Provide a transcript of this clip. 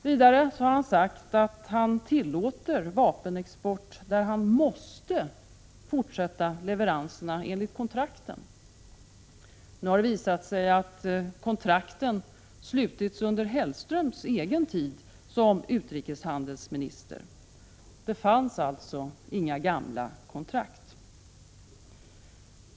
Vidare har han sagt att han tillåter vapenexport, där han måste fortsätta leveranser enligt kontrakten. Nu har det visat sig att kontrakten har slutits under Mats Hellströms egen tid som utrikeshandelsminister. Det fanns alltså inga gamla kontrakt.